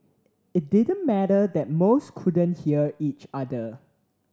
it didn't matter that most couldn't hear each other